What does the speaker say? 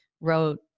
wrote